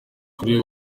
uyu